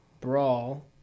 Brawl